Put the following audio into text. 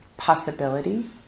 Possibility